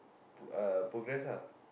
uh progress ah